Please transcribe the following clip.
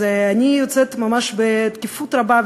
אז אני יוצאת ממש בתקיפות רבה,